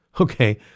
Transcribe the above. Okay